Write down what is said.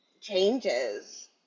changes